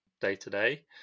day-to-day